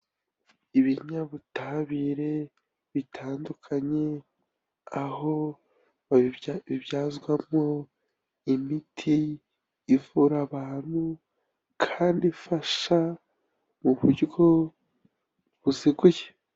Ibinyabutabire bitandukanye aho bibyazwamo imiti ivura abantu kandi ifasha mu buryo buziguye.